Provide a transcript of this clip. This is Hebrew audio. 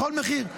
בכל מחיר.